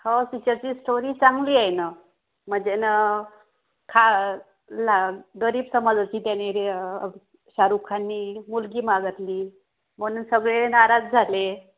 हो तिच्याची स्टोरी चांगली आहे ना म्हणजे न खा ला गरीब समाजाची त्याने र शाहरुख खानने मुलगी मागितली म्हणून सगळे नाराज झाले